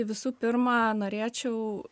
visų pirma norėčiau